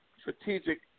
strategic